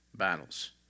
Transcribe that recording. Battles